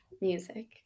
music